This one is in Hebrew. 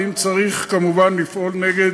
ואם צריך לפעול כמובן נגד